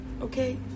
okay